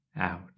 Out